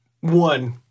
One